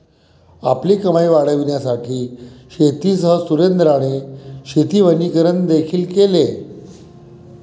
आपली कमाई वाढविण्यासाठी शेतीसह सुरेंद्राने शेती वनीकरण देखील केले